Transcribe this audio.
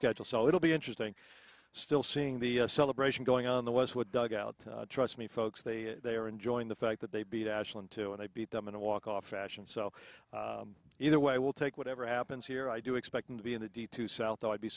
schedule so it'll be interesting still seeing the celebration going on the west would dugout trust me folks they are enjoying the fact that they beat ashland two and i beat them in a walk off fashion so either way i will take whatever happens here i do expect them to be in the d two south though i'd be